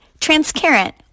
Transparent